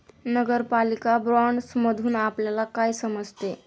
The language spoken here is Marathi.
नगरपालिका बाँडसमधुन आपल्याला काय समजते?